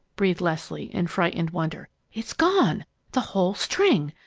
breathed leslie, in frightened wonder. it's gone the whole string!